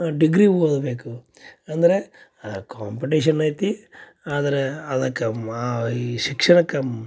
degree ಓದಬೇಕು ಅಂದರೆ competition ಐತಿ ಆದರ ಅದಕ್ಕ ಮಾ ಈ ಶಿಕ್ಷಣಕ್ಕಮ್